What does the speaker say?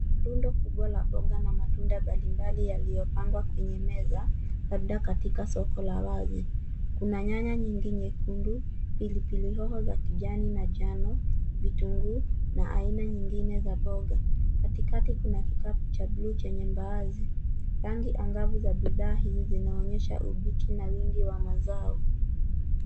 Rundo kubwa la mboga na matunda mbalimbali yaliyopangwa kwenye meza labda katika soko la wazi, kuna nyanya nyingi nyekundu , pilipili hoho za kijani na njano, vitunguu na aina nyingine za mboga. Katikati kuna kikapu cha bluu chenye mbaazi, rangi angavu za bidhaa hizi zinaonyesha ubichi na wingi wa mazao.